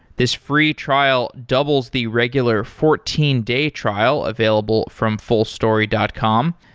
this free trial doubles the regular fourteen day trial available from fullstory dot com.